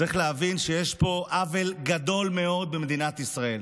צריך להבין שיש פה עוול גדול מאוד במדינת ישראל.